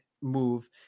move